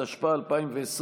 התשפ"א 2020,